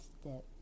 step